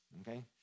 okay